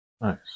Nice